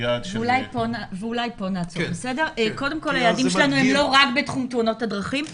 היעדים שלנו הם לא רק בתחום תאונות הדרכים.